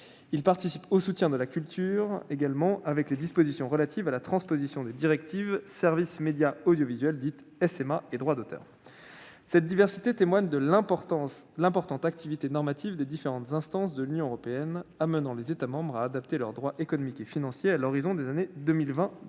Il participe aussi au soutien de la culture, avec les dispositions relatives à la transposition des directives SMA- Services de médias audiovisuels - et Droit d'auteur. Cette diversité témoigne de l'importante activité normative des différentes instances de l'Union européenne, conduisant les États membres à adapter leur droit économique et financier à l'horizon des années 2020-2021.